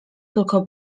tylko